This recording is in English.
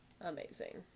amazing